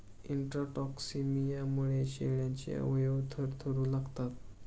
इंट्राटॉक्सिमियामुळे शेळ्यांचे अवयव थरथरू लागतात